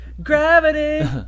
Gravity